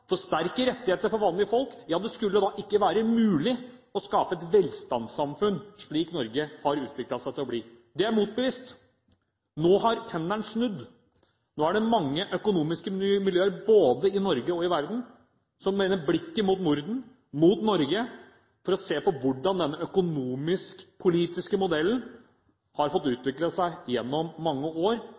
for sterke rettigheter for vanlige folk. Da skulle det ikke være mulig å skape et slikt velstandssamfunn som det Norge har utviklet seg til å bli. Det er motbevist. Nå har pendelen snudd. Nå er det mange økonomiske miljøer, både i Norge og i resten av verden, som vender blikket mot Norden, mot Norge, for å se på hvordan denne økonomisk-politiske modellen har fått utvikle seg gjennom mange år,